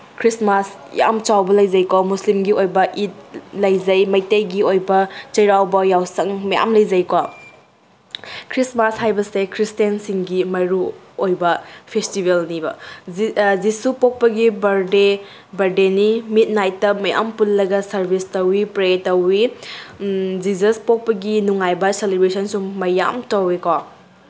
Christmas ꯌꯥꯝ ꯆꯥꯎꯕ ꯂꯩꯖꯩꯀꯣ ꯃꯨꯁꯂꯤꯝꯒꯤ ꯑꯣꯏꯕ ꯏꯗ ꯂꯩꯖꯩ ꯃꯩꯇꯩꯒꯤ ꯑꯣꯏꯕ ꯆꯩꯔꯥꯎꯕ ꯌꯥꯎꯁꯪ ꯃꯌꯥꯝ ꯂꯩꯖꯩꯀꯣ ꯈ꯭ꯔꯤꯁꯃꯥꯁ ꯍꯥꯏꯕꯁꯦ ꯈ꯭ꯔꯤꯁꯇꯦꯟꯁꯤꯡꯒꯤ ꯃꯔꯨꯑꯣꯏꯕ ꯐꯦꯁꯇꯤꯚꯦꯜꯅꯤꯕ ꯖꯤꯁꯨ ꯄꯣꯛꯄꯒꯤ ꯕꯔꯗꯦ ꯕꯔꯗꯦꯅꯤ ꯃꯤꯠꯅꯥꯏꯠꯇ ꯃꯌꯥꯝ ꯄꯨꯜꯂꯒ ꯁꯔꯚꯤꯁ ꯇꯧꯏ ꯄ꯭ꯔꯦ ꯇꯧꯏ ꯖꯤꯖꯁ ꯄꯣꯛꯄꯒꯤ ꯅꯨꯡꯉꯥꯏꯕ ꯁꯦꯂꯦꯕ꯭ꯔꯦꯁꯟꯁꯨ ꯃꯌꯥꯝ ꯇꯧꯏꯀꯣ